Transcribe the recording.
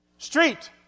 Street